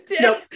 Nope